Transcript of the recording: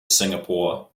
singapore